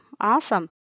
awesome